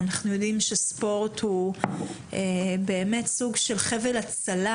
אנחנו יודעים שספורט הוא באמת סוג של חבל הצלה